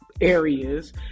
Areas